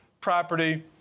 property